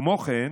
כמו כן,